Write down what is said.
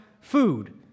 food